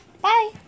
Bye